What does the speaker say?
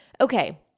Okay